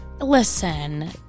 listen